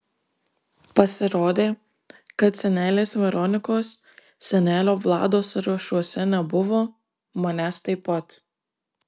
pasirodė kad senelės veronikos senelio vlado sąrašuose nebuvo manęs taip pat